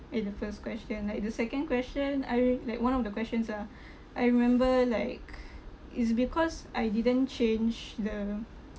eh the first question like the second question I like one of the questions ah I remember like is because I didn't change the